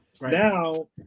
Now